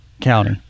County